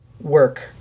work